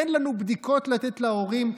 אין לנו בדיקות לתת להורים.